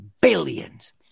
billions